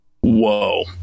Whoa